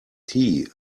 tea